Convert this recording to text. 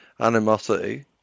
animosity